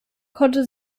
konnte